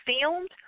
filmed